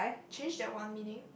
change that one meaning